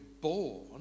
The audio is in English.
born